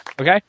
Okay